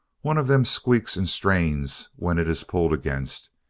one of them squeaks and strains when it is pulled against.